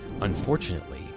Unfortunately